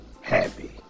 Happy